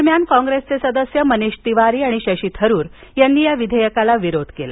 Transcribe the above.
दरम्यान कॉप्रेसचे सदस्य मनिष तिवारी आणि शशी थरूर यांनी या विधेयकाला विरोध केला